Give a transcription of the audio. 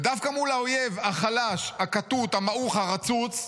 ודווקא מול האויב החלש, הכתות, המעוך, הרצוץ,